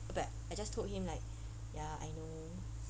but I just told him like ya I know